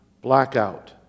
blackout